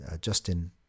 Justin